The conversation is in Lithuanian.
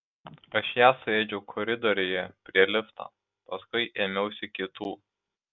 aš ją suėdžiau koridoriuje prie lifto paskui ėmiausi kitų